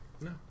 No